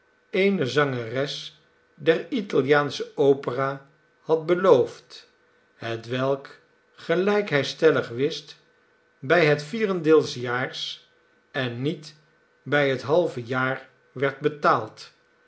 eene zangeres der italiaansche opera had beloofd hetwelk gelijk hij stellig wist bij het vierendeeljaars en niet bij het halve jaar werd betaald